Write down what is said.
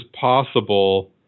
possible